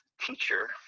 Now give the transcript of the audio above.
teacher